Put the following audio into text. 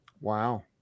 Wow